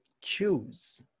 choose